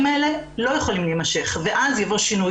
האלה לא יכולים להימשך ואז יבוא שינוי.